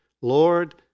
Lord